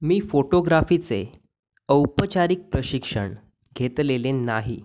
मी फोटोग्राफीचे औपचारिक प्रशिक्षण घेतलेले नाही